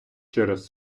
через